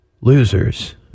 losers